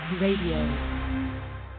radio